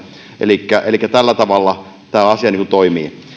elikkä elikkä tällä tavalla tämä asia toimii